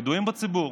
ידועים בציבור,